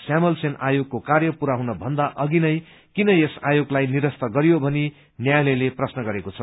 श्यामल सेन आयोगको र्काय पूरा हुन भन्दा अधिनै कि यस आयोगलाई निरस्त गरियो भनि न्यायालयले प्रश्न गरेको छ